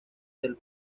del